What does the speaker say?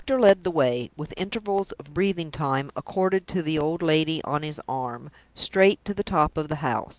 the doctor led the way with intervals of breathing-time accorded to the old lady on his arm straight to the top of the house.